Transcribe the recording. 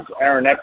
Aaron